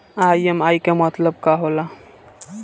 EMI के मतलब का होला?